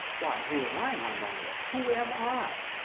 why, who am i, my mungrel? who am i?